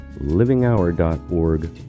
livinghour.org